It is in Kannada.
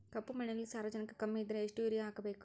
ಕಪ್ಪು ಮಣ್ಣಿನಲ್ಲಿ ಸಾರಜನಕ ಕಮ್ಮಿ ಇದ್ದರೆ ಎಷ್ಟು ಯೂರಿಯಾ ಹಾಕಬೇಕು?